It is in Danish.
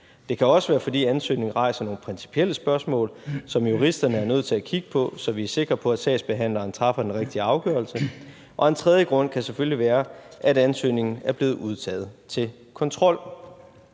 Det kan også være, fordi ansøgningen rejser nogle principielle spørgsmål, som juristerne nødt til at kigge på, så vi er sikre på, at sagsbehandleren træffer den rigtige afgørelse. Og en tredje grund kan selvfølgelig være, at ansøgningen er blevet udtaget til kontrol.